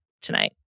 tonight